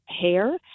hair